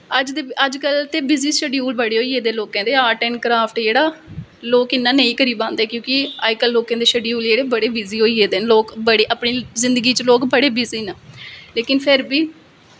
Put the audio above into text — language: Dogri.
अज्ज कल ते बिज़ी शैडयूल बड़े होई गेदे लोकें दे आर्ट ऐंड़ क्राफ्ट जेह्ड़ा लोक इयां नेंई करी पांदे क्योंकि अज्ज कल लोकें दे शैडयूल बड़े बिज़ी होई गेदे न लोग बड़े अपनें जिन्दगी च बड़े बिज़ी न लेकिन फिर बी